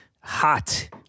hot